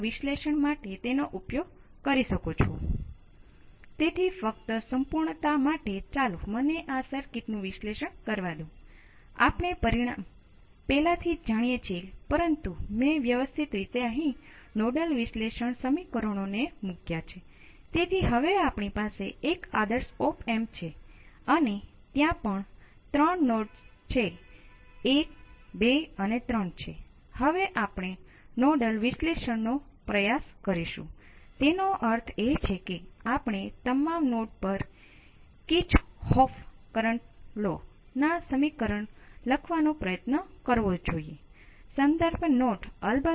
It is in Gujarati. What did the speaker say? અલબત્ત તેના ગુણાંકો અલગ અલગ છે અને તેઓ ચોક્કસ ઘટકો પર આધારિત છે પરંતુ સમીકરણો પોતે એક સમાન છે જેનો અર્થ એ છે કે તેના ઉકેલો પણ એક સમાન હશે